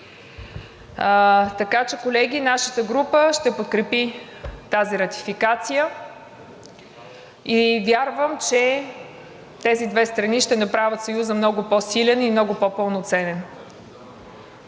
Така че, колеги, нашата група ще подкрепи тази ратификация. Вярвам, че тези две страни ще направят Съюза много по-силен и много по-пълноценен.